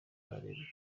arebe